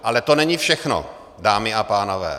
Ale to není všechno, dámy a pánové.